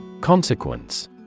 Consequence